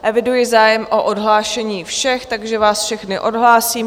Eviduji zájem o odhlášení všech, takže vás všechny odhlásím.